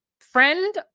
friend